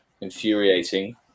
infuriating